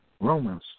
Romans